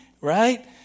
right